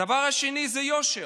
הדבר השני זה יושר.